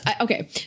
okay